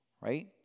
Right